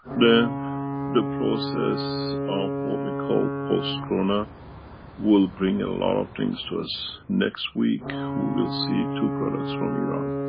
then the process of what we call post-corona will bring a lot of things to us. next week we will see two products from iran.